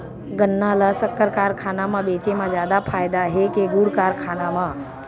गन्ना ल शक्कर कारखाना म बेचे म जादा फ़ायदा हे के गुण कारखाना म?